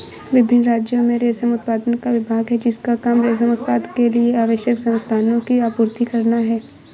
विभिन्न राज्यों में रेशम उत्पादन का विभाग है जिसका काम रेशम उत्पादन के लिए आवश्यक संसाधनों की आपूर्ति करना है